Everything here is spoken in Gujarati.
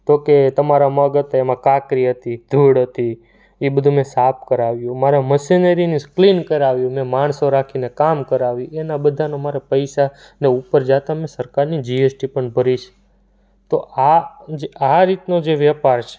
તો કે તમારા મગ હતા એમાં કાંકરી હતી ધૂળ હતી એ બધું મેં સાફ કરાવ્યું મારે મશીનરીને ક્લીન કરાવ્યું મેં માણસો રાખીને કામ કરાવી એના બધાનો મારે પૈસા ને ઉપર જાતા મેં સરકારની જીએસટી પણ ભરી છે તો આ જે આ રીતનો જે વેપાર છે